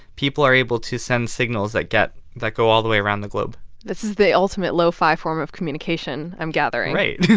people are able to send signals that get that go all the way around the globe this is the ultimate lo-fi form of communication, i'm gathering right.